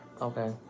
okay